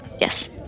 yes